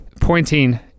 pointing